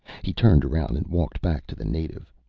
he turned around and walked back to the native,